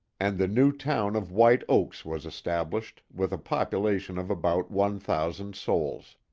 and the new town of white oaks was established, with a population of about one thousand souls.